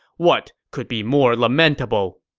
what could be more lamentable?